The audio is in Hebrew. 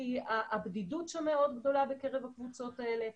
כי הבדידות שם מאוד גדולה בקרב הקבוצות האלה.